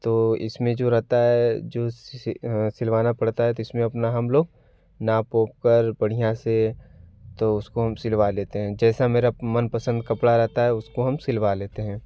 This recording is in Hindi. तो इसमें जो रहता है जो सिलवाना पड़ता है तो इसमें अपना हम लोग नाप उप कर बढिया से तो उसको हम सिलवा लेते हैं जैसा मेरा मनपसंद कपड़ा रहता है उसको हम सिलवा लेते हैं